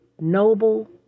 noble